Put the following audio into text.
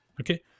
okay